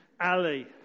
Ali